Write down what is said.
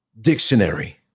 dictionary